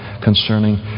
concerning